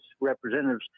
representatives